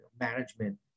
management